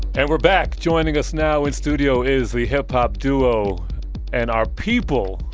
and we're back. joining us now in studio is the hip-hop duo and our people,